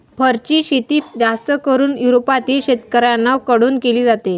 फरची शेती जास्त करून युरोपातील शेतकऱ्यांन कडून केली जाते